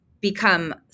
become